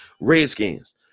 Redskins